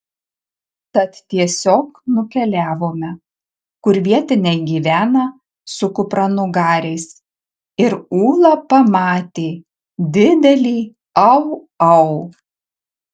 tad tiesiog nukeliavome kur vietiniai gyvena su kupranugariais ir ūla pamatė didelį au au